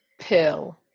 pill